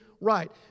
right